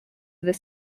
this